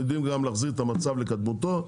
יודעים גם להחזיר את המצב לקדמותו,